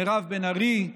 מירב בן ארי,